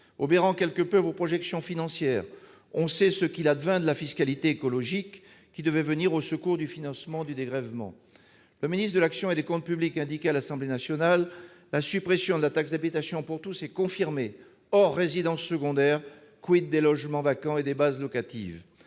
obérant quelque peu vos projections financières-nous savons ce qu'il advint de la fiscalité écologique qui devait venir au secours du financement du dégrèvement ... Le ministre de l'action et des comptes publics a indiqué à l'Assemblée nationale que la suppression de la taxe habitation pour tous était confirmée, hors résidences secondaires. des logements vacants et des bases locatives